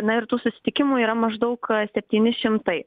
na ir tų susitikimų yra maždaug septyni šimtai